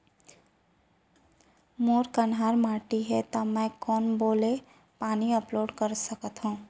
मोर कन्हार माटी हे, त का मैं बोर ले पानी अपलोड सकथव?